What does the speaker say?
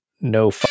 no